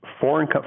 Foreign